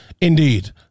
Indeed